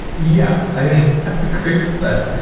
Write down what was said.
yeah, i agree with that.